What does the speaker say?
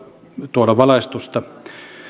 tuoda valaistusta